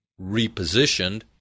repositioned